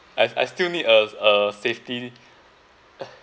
I've I still need a a safety ah